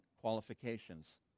qualifications